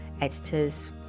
editors